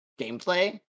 gameplay